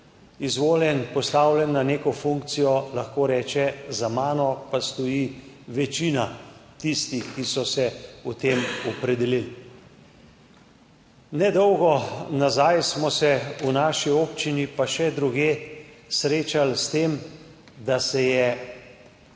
izvoljen, postavljen na neko funkcijo, lahko reče, za mano pa stoji večina tistih, ki so se o tem opredelili. Nedolgo nazaj smo se v naši občini, pa še drugje, srečali s tem, da se je